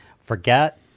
Forget